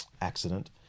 accident